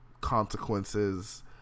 consequences